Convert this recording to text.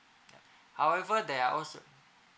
however there are al~